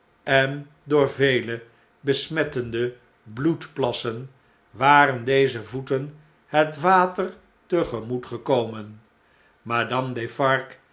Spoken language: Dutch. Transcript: en door vele besmettende bloedplassen waren deze voeten het water te gemoet gekomen madame defarge